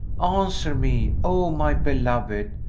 answer me, o my beloved,